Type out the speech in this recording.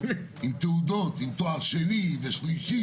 כי אנחנו במשרד